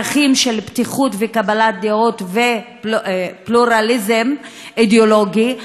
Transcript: ערכים של פתיחות וקבלת דעות ופלורליזם אידיאולוגי,